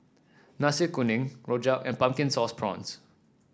Nasi Kuning Rojak and Pumpkin Sauce Prawns